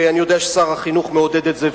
ואני יודע ששר החינוך מעודד את זה,